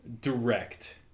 Direct